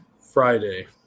Friday